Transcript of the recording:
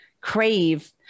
crave